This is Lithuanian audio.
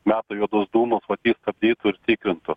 meta juodus dūmus vat stabdytų ir tikrintų